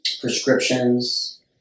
prescriptions